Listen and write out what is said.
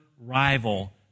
rival